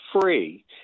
free